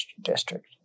District